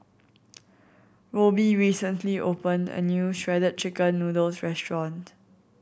Roby recently opened a new Shredded Chicken Noodles restaurant